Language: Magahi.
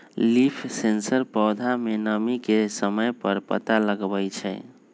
लीफ सेंसर पौधा में नमी के समय पर पता लगवई छई